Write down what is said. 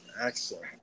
Excellent